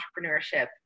entrepreneurship